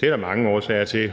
Det er der mange årsager til.